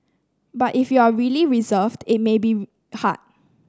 but if you are really reserved it may be hard